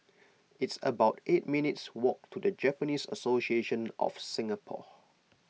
it's about eight minutes walk to the Japanese Association of Singapore